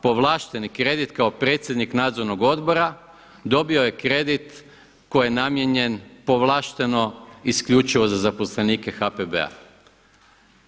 Povlašteni kredit kao predsjednik nadzornog odbora dobio je kredit koji je namijenjen povlašteno isključivo za zaposlenike HPB-a.